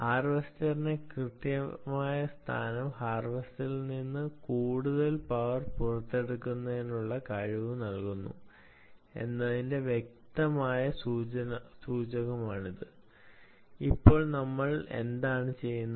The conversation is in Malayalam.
ഹാർവെസ്റ്ററിന്റെ കൃത്യമായ സ്ഥാനം ഹാർവെസ്റ്ററിൽ നിന്ന് കൂടുതൽ പവർ പുറത്തെടുക്കുന്നതിനുള്ള കഴിവ് നൽകുന്നു എന്നതിന്റെ വ്യക്തമായ സൂചകമാണ് ഇത്